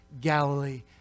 Galilee